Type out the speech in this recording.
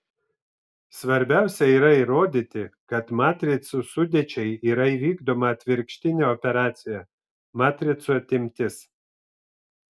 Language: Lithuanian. svarbiausia yra įrodyti kad matricų sudėčiai yra įvykdoma atvirkštinė operacija matricų atimtis